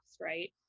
right